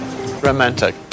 Romantic